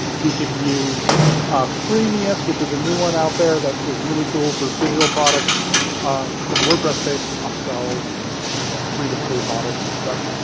you can use ah freemius, which is a new one out there that is really cool for digital products in the wordpress space for upsells and free to pay models and stuff.